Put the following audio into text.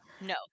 No